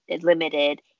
limited